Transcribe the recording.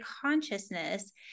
consciousness